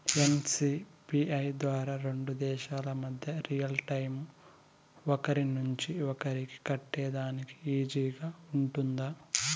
NCPI ద్వారా రెండు దేశాల మధ్య రియల్ టైము ఒకరి నుంచి ఒకరికి కట్టేదానికి ఈజీగా గా ఉంటుందా?